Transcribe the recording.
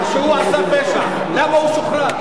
אם הוכח שהוא עשה פשע, למה הוא שוחרר?